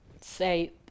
say